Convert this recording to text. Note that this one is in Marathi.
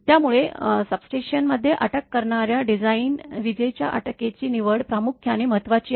त्यामुळे सबस्टेशनमध्ये अटक करणाऱ्या डिझाइन विजेच्या अटकेची निवड प्रामुख्याने महत्त्वाची आहे